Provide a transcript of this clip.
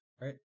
right